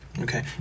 Okay